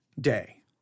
day